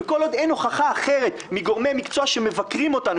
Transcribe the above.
וכל עוד אין הוכחה אחרת מגורמי מקצוע שמבקרים אותנו,